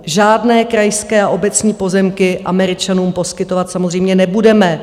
Žádné krajské a obecní pozemky Američanům poskytovat samozřejmě nebudeme.